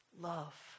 love